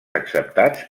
acceptats